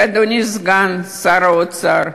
אדוני סגן שר האוצר,